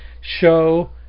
show